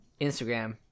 Instagram